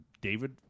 David